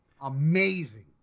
amazing